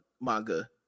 manga